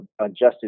adjusted